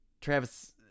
Travis